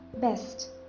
best